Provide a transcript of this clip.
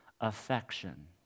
affection